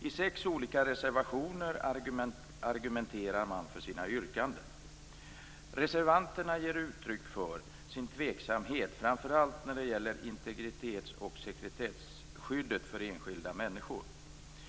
I sex olika reservationer argumenterar de för sina yrkanden. Reservanterna ger uttryck för sin tveksamhet framför allt när det gäller integritets och sekretesskyddet för enskilda människor.